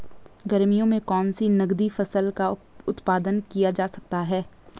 गर्मियों में कौन सी नगदी फसल का उत्पादन किया जा सकता है?